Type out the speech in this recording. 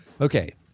Okay